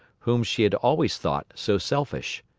whom she had always thought so selfish.